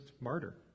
martyr